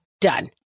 Done